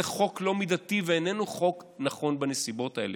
זה חוק לא מידתי ואיננו חוק נכון בנסיבות האלה.